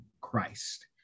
Christ